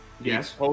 Yes